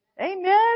Amen